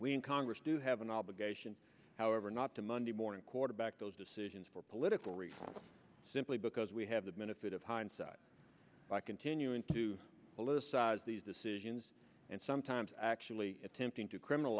we in congress do have an obligation however not to monday morning quarterback those decisions for political reasons simply because we have the benefit of hindsight by continuing to politicize these decisions and sometimes actually attempting to criminal